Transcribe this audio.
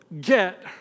get